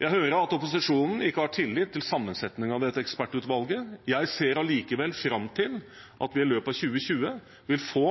Jeg hører at opposisjonen ikke har tillit til sammensetningen av dette ekspertutvalget. Jeg ser allikevel fram til at vi i løpet av 2020 vil få